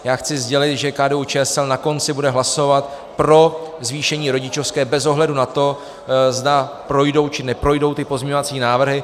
Já chci sdělit, že KDUČSL na konci bude hlasovat pro zvýšení rodičovské bez ohledu na to, zda projdou, či neprojdou ty pozměňovací návrhy.